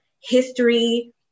history